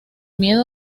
miedo